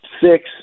six